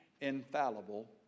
infallible